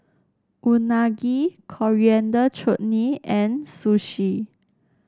Unagi Coriander Chutney and Sushi